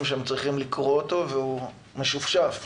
שהם צריכים לקרוא אותו והוא משופשף,